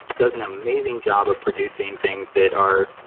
does an amazing job of producing things that are,